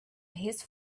his